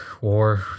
war